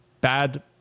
bad